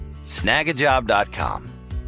snagajob.com